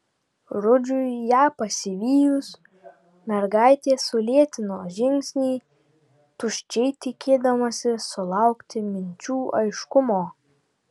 rudžiui ją pasivijus mergaitė sulėtino žingsnį tuščiai tikėdamasi sulaukti minčių aiškumo